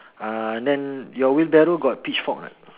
uh then your wheelbarrow got pitchfork or not